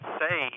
say